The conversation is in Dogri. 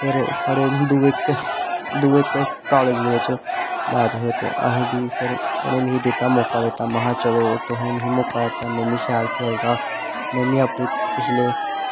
फिर साढ़े दुऐ दुऐ कालेज दै बिच्च मैच हा ते असें बी फिर उनें मिगी दित्ता मौका दित्ता महां चलो तुसें मीगी मौका दित्ता में बी शैल गै खेलगा में बी अपने पिछले